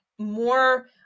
more